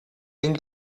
den